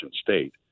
state